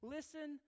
Listen